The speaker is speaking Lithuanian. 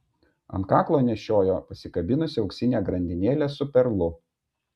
ant kaklo nešiojo pasikabinusi auksinę grandinėlę su perlu